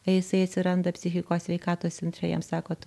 jisai atsiranda psichikos sveikatos centre jam sako tu